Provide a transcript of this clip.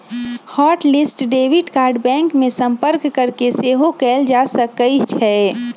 hot list debit card bank में संपर्क कऽके सेहो कएल जा सकइ छै